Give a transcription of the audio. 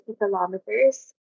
kilometers